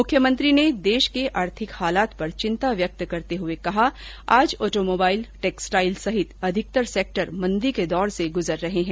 मुख्यमंत्री ने देश के आर्थिक हालात पर चिंता व्यक्त करते हुए कहा कि आज ऑटोमोबाइल टैक्सटाइल सहित अधिकतर सेक्टर मंदी के दौर से गुजर रहे हैं